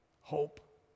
Hope